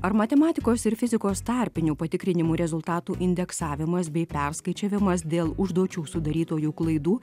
ar matematikos ir fizikos tarpinių patikrinimų rezultatų indeksavimas bei perskaičiavimas dėl užduočių sudarytojų klaidų